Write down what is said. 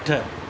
अठ